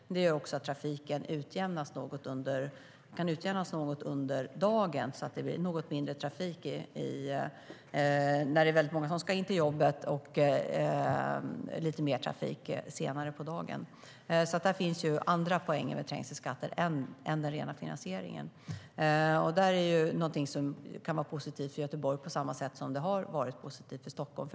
Men trängselskatten gör också att trafiken kan utjämnas något under dagen, så att det blir något mindre trafik när det är väldigt många som ska ta sig till jobbet och lite mer trafik senare på dagen. Det finns alltså andra poänger med trängselskatt än den rena finansieringen. Det är någonting som kan vara positivt för Göteborg på samma sätt som det har varit positivt för Stockholm.